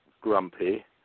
grumpy